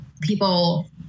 people